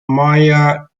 maya